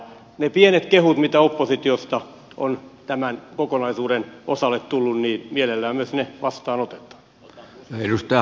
ne pienet kehut mitä oppositiosta on tämän kokonaisuuden osalle tullut mielellään myös vastaanotetaan